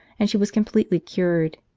and she was completely cured.